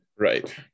Right